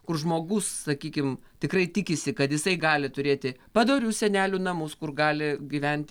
kur žmogus sakykim tikrai tikisi kad jisai gali turėti padorius senelių namus kur gali gyventi